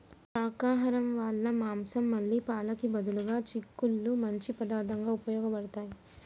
శాకాహరం వాళ్ళ మాంసం మళ్ళీ పాలకి బదులుగా చిక్కుళ్ళు మంచి పదార్థంగా ఉపయోగబడతాయి